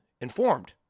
informed